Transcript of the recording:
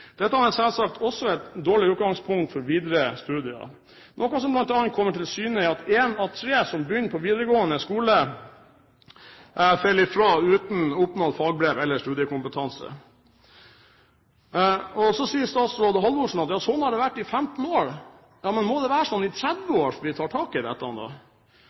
Dette er selvsagt også et dårlig utgangspunkt for videre studier, som bl.a. kommer til syne ved at én av tre som begynner på videregående skole, faller fra uten å ha oppnådd fagbrev eller studiekompetanse. Så sier statsråd Halvorsen at sånn har det vært i 15 år. Men må det være sånn i 30 år før de tar tak i